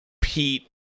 Pete